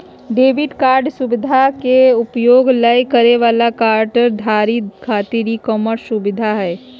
debit card सुवधा के उपयोग नय करे वाला कार्डधारक खातिर ई कॉमर्स सुविधा हइ